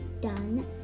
done